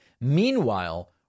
Meanwhile